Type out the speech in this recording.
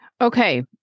Okay